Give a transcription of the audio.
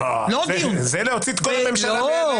לא דיון --- זה להוציא את כל הממשלה מהכנסת.